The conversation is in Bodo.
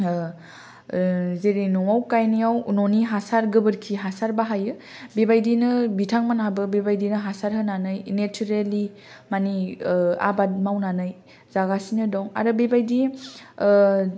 जेरै न'आव गायनायाव ननि हासार गोबोरखि हासार बाहायो बेबायदिनो बिथांमोनहाबो बेबायदि हासार होनानै नेटसारेलि मानि आबाद मावनानै जागासिनो दं आरो बेबायदि